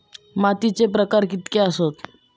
मातीचे प्रकार कितके आसत?